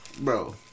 Bro